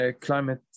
climate